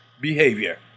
behavior